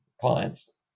clients